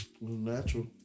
natural